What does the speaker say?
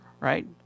right